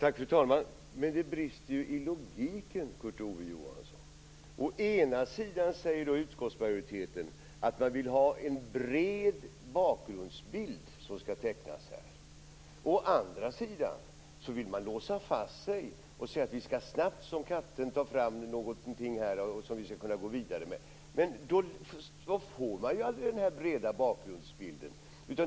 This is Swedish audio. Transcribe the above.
Fru talman! Det brister i logiken, Kurt Ove Johansson! Å ena sidan säger utskottsmajoriteten att man vill teckna en bred bakgrundsbild. Å andra sidan vill man låsa fast sig och snabbt som katten ta fram något som man kan gå vidare med. Men då får man aldrig den breda bakgrundsbilden.